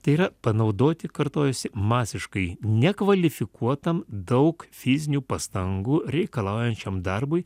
tai yra panaudoti kartojosi masiškai nekvalifikuotam daug fizinių pastangų reikalaujančiam darbui